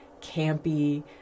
campy